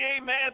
amen